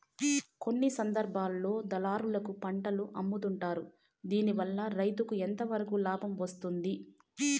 కొన్ని సందర్భాల్లో దళారులకు పంటలు అమ్ముతుంటారు దీనివల్ల రైతుకు ఎంతవరకు లాభం వస్తుంది?